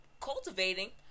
cultivating